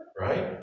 right